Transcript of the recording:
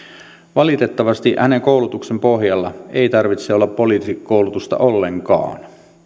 valitettavasti hänen koulutuksensa pohjalla ei tarvitse olla poliisikoulutusta ollenkaan